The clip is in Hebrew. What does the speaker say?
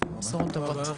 בשורות טובות.